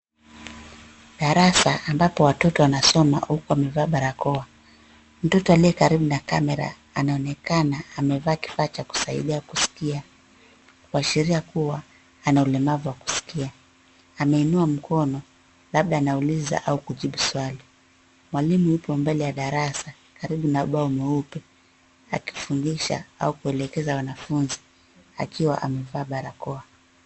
Darasa ambapo watoto wanasoma huku wamevaa barakoa. Mtoto aliye karibu na kamera anaonekana amevaa kifaa cha kusaidia kusikia kuashiria kuwa ana ulemavu wa kusikia. Ameinua mkono labda anauliza au kujibu swali. Mwalimu yupo mbele ya darasa karibu na ubao mweupe akifundisha au kulekeza wanafunzi akiwa amevaa barakoa.